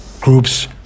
Groups